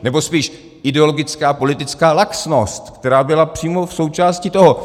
Nebo spíše ideologická a politická laxnost, která byla přímo součástí toho.